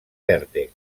vèrtex